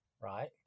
right